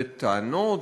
בטענות,